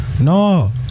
No